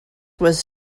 was